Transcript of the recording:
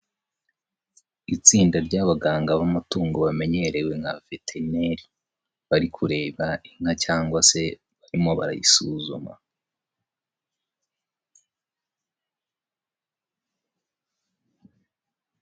Itsinda ry'abaganga b'amatungo bamenyerewe nka veterineri, bari kureba inka cyangwa se barimo barayisuzuma.